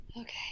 okay